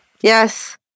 Yes